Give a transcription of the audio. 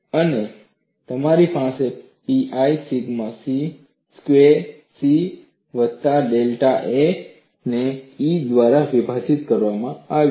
અને તમારી પાસે pi sigma c square c વત્તા ડેલ્ટા a ને E દ્વારા વિભાજીત કરવામાં આવ્યું છે